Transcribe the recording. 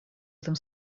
этом